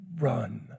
run